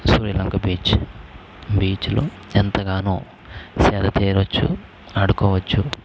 Suryalanka beach బీచ్లో ఎంతగానో సేద తీరొచ్చు ఆడుకోవచ్చు